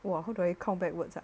!wah! how do I count backwards ah